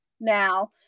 now